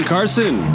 Carson